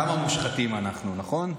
כמה מושחתים אנחנו, נכון?